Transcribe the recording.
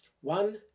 One